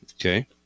Okay